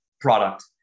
product